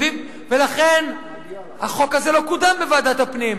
ולכן החוק הזה לא קודם בוועדת הפנים.